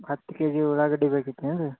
ಹತ್ತು K G ಉಳ್ಳಾಗಡ್ಡೆ ಬೇಕಿತ್ತೇನು ರೀ